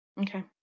Okay